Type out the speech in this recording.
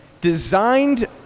designed